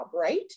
right